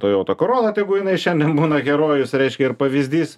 toyota corolla tegu jinai šiandien būna herojus reiškia ir pavyzdys